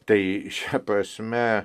tai šia prasme